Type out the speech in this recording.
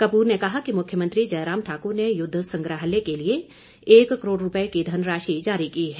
कपूर ने कहा कि मुख्यमंत्री जयराम ठाकुर ने युद्ध संग्रहाल्य के लिए एक करोड़ रूपए की धनराशि जारी की है